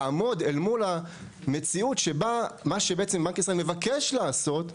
לעמוד אל מול המציאות שבה מה שבעצם בנק ישראל מבקש לעשות,